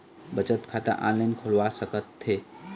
बचत खाता ऑनलाइन खोलवा सकथें?